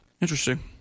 Interesting